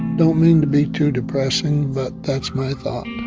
don't mean to be too depressing, but that's my thought